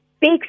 big